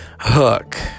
Hook